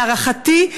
להערכתי,